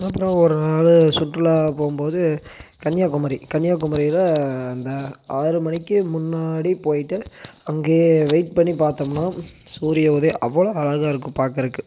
அப்புறம் ஒரு நாள் சுற்றுலா போகும் போது கன்னியாகுமரி கன்னியாகுமரியில் அந்த ஆறுமணிக்கு முன்னாடி போயிட்டு அங்கேயே வெயிட் பண்ணி பார்த்தமுனா சூரிய உதயம் அவ்வளோ அழகாக இருக்கும் பார்க்கறக்கு